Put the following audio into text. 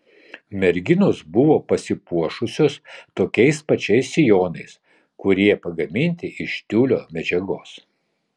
merginos buvo pasipuošusios tokiais pačiais sijonais kurie pagaminti iš tiulio medžiagos